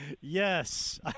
Yes